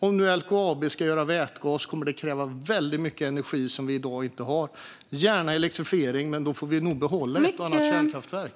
Om LKAB nu ska göra vätgas kommer det att krävas väldigt mycket energi som vi i dag inte har. Jag ser gärna elektrifiering, men då får vi nog behålla ett och annat kärnkraftverk.